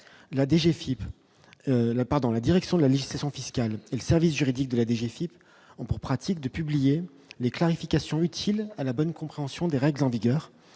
la direction de la législation fiscale et le service juridique de la DG Philippe ont pour pratique de publier les clarifications utiles à la bonne compréhension des règles en vigueur